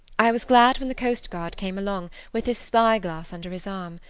i was glad when the coastguard came along, with his spy-glass under his arm.